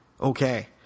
okay